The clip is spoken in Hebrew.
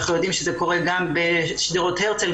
אנחנו יודעים שזה קורה גם בשדרות הרצל,